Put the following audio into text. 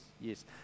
yes